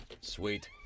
Sweet